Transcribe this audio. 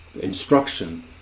instruction